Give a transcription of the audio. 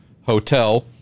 hotel